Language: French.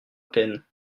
peine